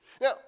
Now